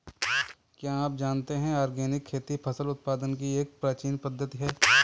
क्या आप जानते है ऑर्गेनिक खेती फसल उत्पादन की एक प्राचीन पद्धति है?